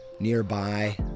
Nearby